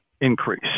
increase